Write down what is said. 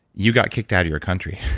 you got kicked out of your country.